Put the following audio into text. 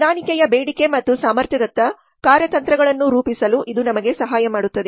ಹೊಂದಾಣಿಕೆಯ ಬೇಡಿಕೆ ಮತ್ತು ಸಾಮರ್ಥ್ಯದತ್ತ ಕಾರ್ಯತಂತ್ರಗಳನ್ನು ರೂಪಿಸಲು ಇದು ನಮಗೆ ಸಹಾಯ ಮಾಡುತ್ತದೆ